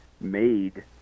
made